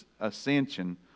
ascension